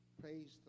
Praise